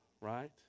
right